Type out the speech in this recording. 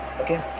Okay